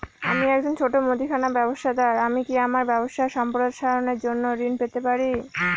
আমি একজন ছোট মুদিখানা ব্যবসাদার আমি কি আমার ব্যবসা সম্প্রসারণের জন্য ঋণ পেতে পারি?